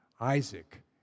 Isaac